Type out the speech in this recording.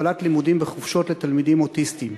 להפעלת לימודים בחופשות לתלמידים אוטיסטים.